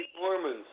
Mormons